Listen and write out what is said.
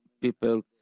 people